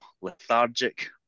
lethargic